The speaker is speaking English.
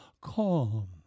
calm